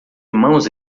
mãos